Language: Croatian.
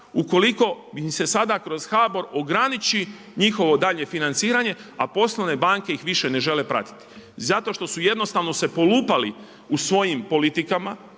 ukoliko im se sada kroz HBOR ograniči njihovo daljnje financiranje a poslovne banke ih više ne žele pratiti zato što su jednostavno se polupali u svojim politikama